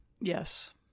Yes